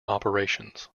operations